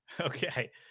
Okay